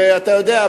ואתה יודע,